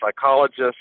psychologist